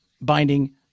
binding